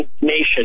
nation